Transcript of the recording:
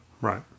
Right